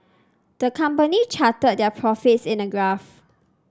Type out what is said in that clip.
the company charted their profits in a graph